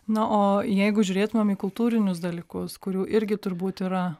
na o jeigu žiūrėtumėm į kultūrinius dalykus kurių irgi turbūt yra